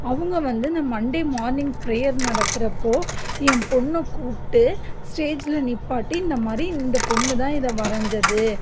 அவங்க வந்து இந்த மண்டே மார்னிங் ப்ரேயர் நடக்கிறப்போ என் பொண்ணை கூப்பிட்டு ஸ்டேஜில் நிற்பாட்டி இந்தமாதிரி இந்தப் பொண்ணு தான் இதை வரைஞ்சது